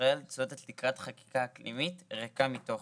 ישראל צועדת לקראת חקיקה אקלימית ריקה מתוכן.